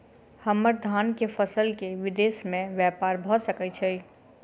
हम्मर धान केँ फसल केँ विदेश मे ब्यपार भऽ सकै छै?